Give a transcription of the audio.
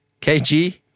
KG